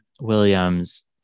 williams